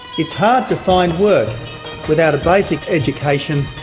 it's hard to find work without a basic education,